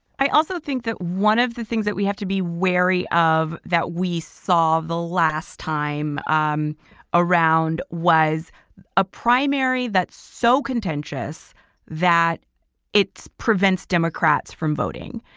i also think that one of the things that we have to be wary of that we saw the last time um around was a primary that's so contentious that it prevents democrats from voting.